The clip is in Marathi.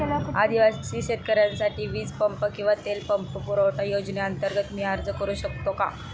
आदिवासी शेतकऱ्यांसाठीच्या वीज पंप किंवा तेल पंप पुरवठा योजनेअंतर्गत मी अर्ज करू शकतो का?